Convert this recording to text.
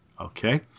Okay